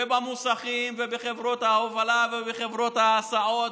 במוסכים, בחברות ההובלה, בחברות ההסעות